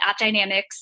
AppDynamics